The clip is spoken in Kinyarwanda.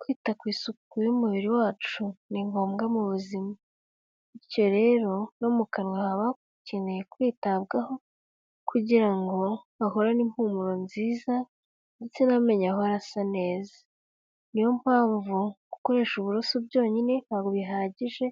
Kwita ku isuku y'umubiri wacu ni ngombwa mu buzima, bityo rero no mu kanwa haba hakeneye kwitabwaho kugira ngo hahorane impumuro nziza ndetse n'amenyo ahore asa neza, niyo mpamvu gukoresha uburoso byonyine ntabwo bihagije,